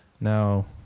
Now